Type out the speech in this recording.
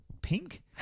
pink